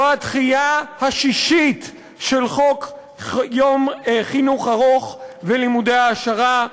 זו הדחייה השישית של חוק יום חינוך ארוך ולימודי העשרה.